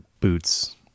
boots